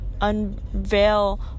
unveil